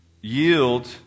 yield